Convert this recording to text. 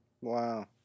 Wow